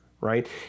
right